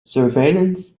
surveillance